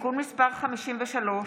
(תיקון מס' 53),